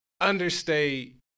understate